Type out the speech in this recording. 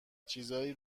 چیزایی